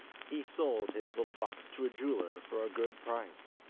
he sold his little box to a jeweller for a good price,